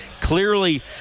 clearly